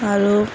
আৰু